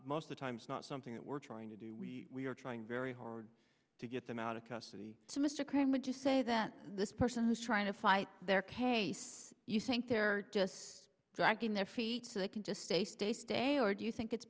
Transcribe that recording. most the times not something that we're trying to do we are trying very hard to get them out of custody to mr crime would you say that this person is trying to fight their case do you think they're just dragging their feet so they can just say stay stay or do you think it's